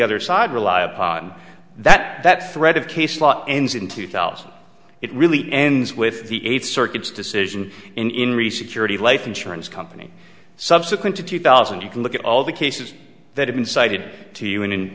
other side rely upon that that thread of case law ends in two thousand it really ends with the eight circuits decision in recent you're the life insurance company subsequent to two thousand you can look at all the cases that have been cited to you